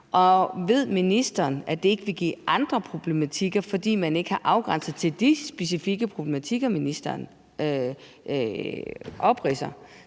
ved ministeren, at det ikke vil give andre problematikker, fordi man ikke har afgrænset det til de specifikke problematikker, ministeren opridser?